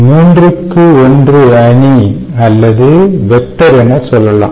3 x 1 அணி அல்லது vector என சொல்லலாம்